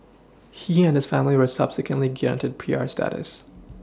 he and family were subsequently granted P R Studies